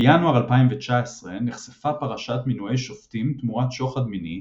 בינואר 2019 נחשפה פרשת מינויי שופטים תמורת שוחד מיני,